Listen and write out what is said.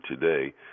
today